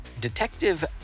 Detective